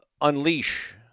unleash